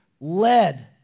led